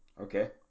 Okay